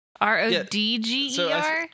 R-O-D-G-E-R